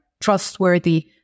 trustworthy